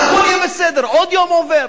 והכול יהיה בסדר, עוד יום עובר.